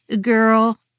girl